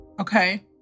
okay